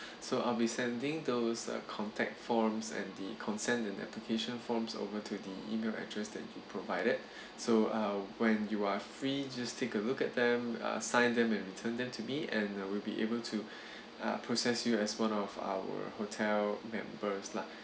so I'll be sending those uh contact forms and the consent and application forms over to the email address that you provided so uh when you are free just take a look at them uh sign them and return them to me and we'll be able to uh process you as one of our hotel members lah